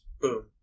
Boom